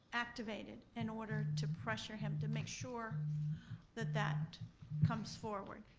activated in order to pressure him to make sure that that comes forward.